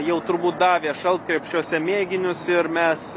jau turbūt davė šalkrepšiuose mėginius ir mes